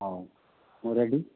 ହଉ ମୁଁ ରେଡ଼ି